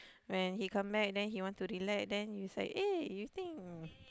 when he come back then he want to relax then you is like eh you think